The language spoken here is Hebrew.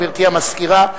גברתי המזכירה,